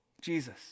Jesus